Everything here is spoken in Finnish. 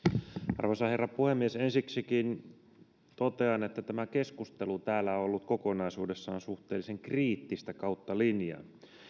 arvoisa herra puhemies ensiksikin totean että tämä keskustelu täällä on ollut kokonaisuudessaan suhteellisen kriittistä kautta linjan